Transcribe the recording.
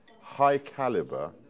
high-caliber